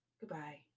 Goodbye